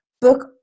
book